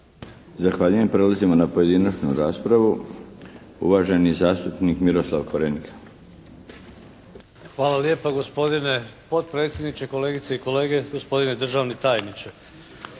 Zahvaljujem. Prelazimo na pojedinačnu raspravu. Uvaženi zastupnik Miroslav Korenika. **Korenika, Miroslav (SDP)** Hvala lijepa gospodine potpredsjedniče. Kolegice i kolege, gospodine državni tajniče.